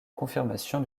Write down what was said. confirmation